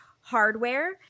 Hardware